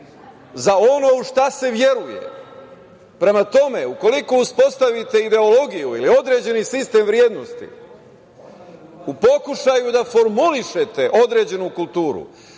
za ono u šta se verujem. Prema tome, ukoliko uspostavite ideologiju ili određeni sistem vrednosti u pokušaju da formulišete određenu kulturu,